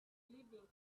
living